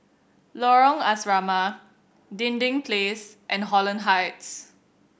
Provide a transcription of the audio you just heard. Lorong Asrama Dinding Place and Holland Heights